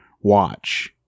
watch